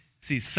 see